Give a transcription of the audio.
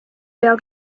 pea